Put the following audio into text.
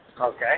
Okay